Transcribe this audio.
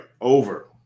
Over